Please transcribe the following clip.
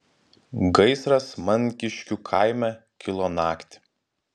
gaisras mankiškių kaime kilo naktį